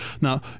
Now